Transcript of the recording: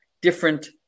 different